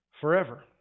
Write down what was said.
forever